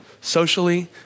socially